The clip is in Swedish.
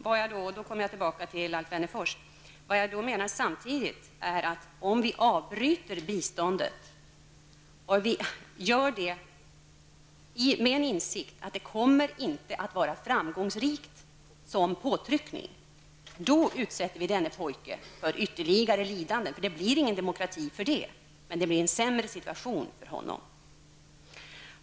Vad jag menade samtidigt -- då vänder jag mig till Alf Wennerfors -- är att om vi avbryter biståndet är det min insikt att det inte kommer att vara framgångsrikt som påtryckning. Då utsätts den lille pojken för ytterligare lidande, för det blir ingen demokrati utan en sämre situation för honom.